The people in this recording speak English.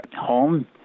home